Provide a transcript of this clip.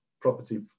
property